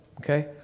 okay